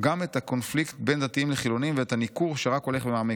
גם את הקונפליקט בין דתיים לחילונים ואת הניכור שרק הולך ומעמיק".